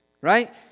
Right